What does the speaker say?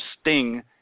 sting